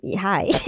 hi